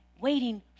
waiting